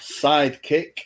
sidekick